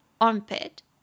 armpit